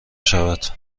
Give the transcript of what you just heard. شود